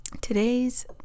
today's